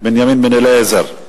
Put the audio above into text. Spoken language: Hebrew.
בנימין בן-אליעזר.